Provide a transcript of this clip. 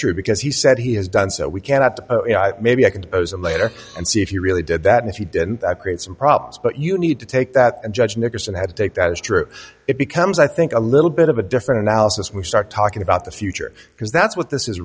true because he said he has done so we cannot but maybe i can depose him later and see if he really did that and he didn't create some problems but you need to take that and judge nickerson have to take that as true it becomes i think a little bit of a different analysis we start talking about the future because that's what this is